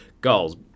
Goals